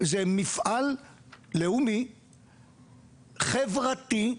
זה מפעל לאומי, חברתי,